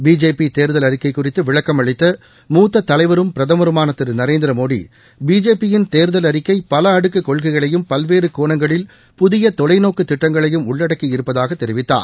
BJP தேர்தல் அறிக்கை குறித்து விளக்கம் அளித்த மூத்த தலைவரும் பிரதமருமான திரு நரேந்திரமோடி பிஜேபி யின் தேர்தல் அறிக்கை பல அடுக்கு கொள்கைகளையும் பல்வேறு கோணங்களில் புதிய தொலைநோக்கு திட்டங்களையும் உள்ளடக்கி இருப்பதாக தெரிவித்தார்